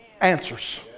answers